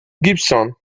gypsum